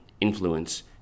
influence